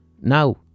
now